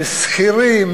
שכירים,